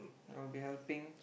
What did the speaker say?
I will be helping